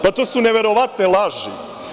Pa, to su neverovatne laži.